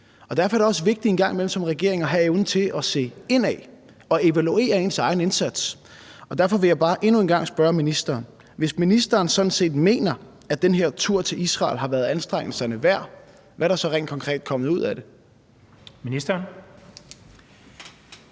Derfor er det også vigtigt som regering en gang imellem at have evnen til at se indad og evaluere ens egen indsats. Og derfor vil jeg bare endnu en gang spørge ministeren: Hvis ministeren sådan set mener, at den her tur til Israel har været anstrengelserne værd, hvad er der så rent konkret kommet ud af det? Kl.